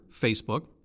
Facebook